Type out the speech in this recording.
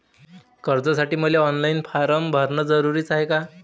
कर्जासाठी मले online form भरन जरुरीच हाय का?